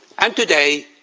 and today,